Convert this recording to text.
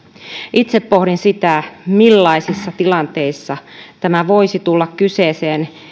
itse pohdin sitä millaisissa tilanteissa tämä voisi tulla kyseeseen